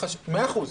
מאה אחוז,